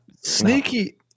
Sneaky